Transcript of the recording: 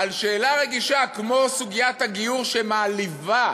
בשאלה רגישה כמו סוגיית הגיור, שמעליבה